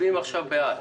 בעד,